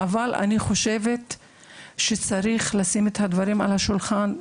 אבל אני חושבת שצריך לשים את הדברים על השולחן,